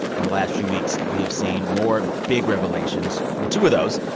in the last few weeks, we have seen more big revelations from two of those